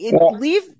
leave